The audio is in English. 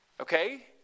Okay